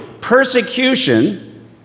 persecution